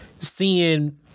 seeing –